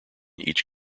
each